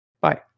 Bye